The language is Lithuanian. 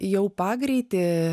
jau pagreitį